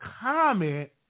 comment